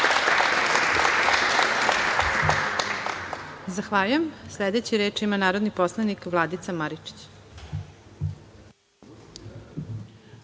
Zahvaljujem. Sledeći, reč ima narodni poslanik Vladica Maričić.